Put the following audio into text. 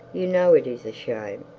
you know it is a shame.